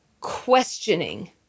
questioning